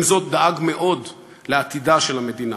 עם זאת, הוא דאג מאוד לעתידה של המדינה.